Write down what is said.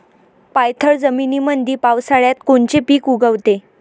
पाणथळ जमीनीमंदी पावसाळ्यात कोनचे पिक उगवते?